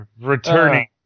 returning